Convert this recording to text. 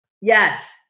Yes